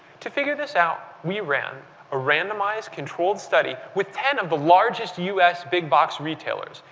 to figure this out we ran a randomized control study with ten of the largest u s. big box retailers,